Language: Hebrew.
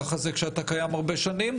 ככה זה כשאתה קיים הרבה שנים,